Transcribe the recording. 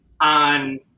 on